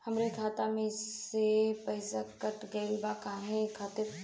हमरे खाता में से पैसाकट गइल बा काहे खातिर?